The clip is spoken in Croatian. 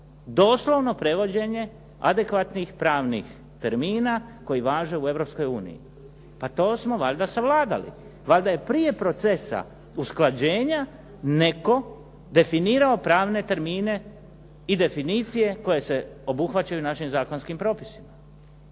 Doslovno prevođenje adekvatnih pravnih termina koji važe u Europskoj uniji, pa to smo valjda savladali. Valjda je prije procesa usklađenja netko definirao pravne termine i definicije koje se obuhvaćaju našim zakonskim propisima.